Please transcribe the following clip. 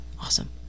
awesome